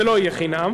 זה לא יהיה חינם.